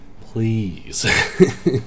please